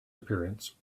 appearance